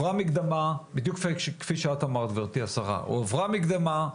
בדיוק כפי שאת אמרת גברתי השרה, הועברה מקדמה.